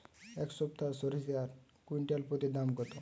এই সপ্তাহে সরিষার কুইন্টাল প্রতি দাম কত?